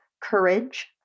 courage